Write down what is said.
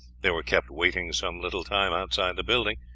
they were kept waiting some little time outside the building,